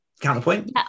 counterpoint